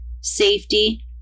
safety